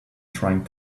trying